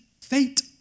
fate